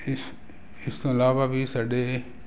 ਇਸ ਇਸ ਤੋਂ ਇਲਾਵਾ ਵੀ ਸਾਡੇ